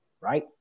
right